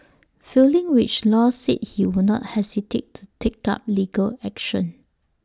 failing which law said he would not hesitate to take up legal action